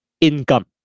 income